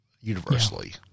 universally